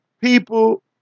people